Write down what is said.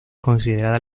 considerada